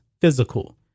physical